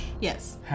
Yes